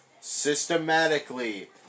systematically